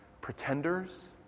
pretenders